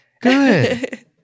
Good